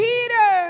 Peter